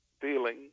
feeling